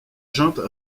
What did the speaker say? junte